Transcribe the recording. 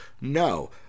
No